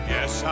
Yes